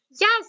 Yes